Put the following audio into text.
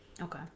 Okay